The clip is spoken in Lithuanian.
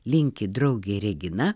linki draugė regina